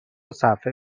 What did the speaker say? صفحه